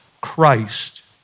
Christ